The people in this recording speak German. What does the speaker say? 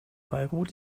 beirut